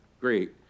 Great